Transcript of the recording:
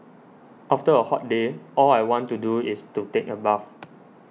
after a hot day all I want to do is to take a bath